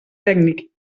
tècnic